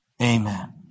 Amen